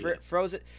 frozen